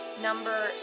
number